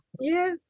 Yes